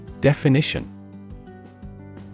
Definition